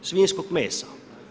Svinjskog mesa.